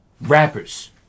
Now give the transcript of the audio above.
Rappers